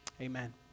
Amen